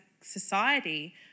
society